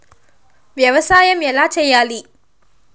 వ్యవసాయం ఎలా చేయాలి?